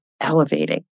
elevating